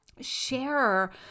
share